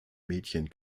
mädchen